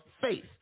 faith